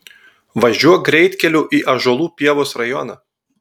važiuok greitkeliu į ąžuolų pievos rajoną